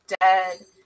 dead